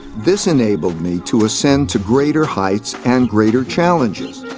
this enabled me to ascend to greater heights and greater challenges.